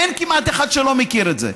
אין כמעט אחד שלא מכיר את זה,